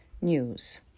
News